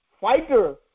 fighter